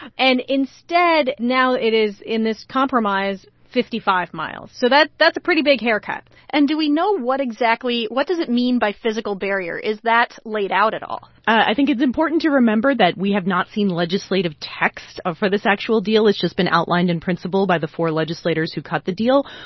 and instead, now it is, in this compromise, fifty five miles. so that's a pretty big haircut and do we know what exactly what does it mean by physical barrier? is that laid out at all? i think it's important to remember that we have not seen legislative text ah for this actual deal. it's just been outlined in principle by the four legislators who cut the deal.